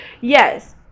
Yes